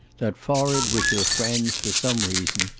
that forehead which her friends, for some reason,